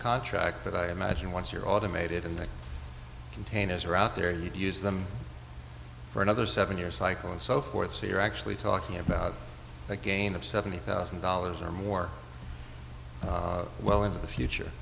contract but i imagine what you're automated in the containers are out there you use them for another seven year cycle and so forth so you're actually talking about a gain of seventy thousand dollars or more well into the future